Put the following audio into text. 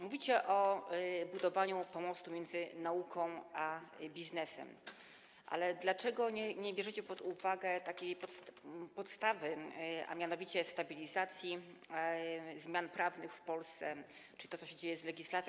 Mówicie o budowaniu pomostu między nauką a biznesem, ale dlaczego nie bierzecie pod uwagę takiej podstawy, a mianowicie stabilizacji zmian prawnych w Polsce czy tego, co się dzieje z legislacją?